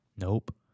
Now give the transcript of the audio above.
Nope